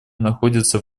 находятся